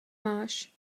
máš